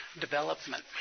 development